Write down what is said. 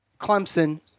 Clemson